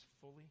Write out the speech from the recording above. fully